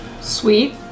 Sweet